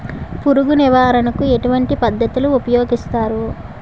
పురుగు నివారణ కు ఎటువంటి పద్ధతులు ఊపయోగిస్తారు?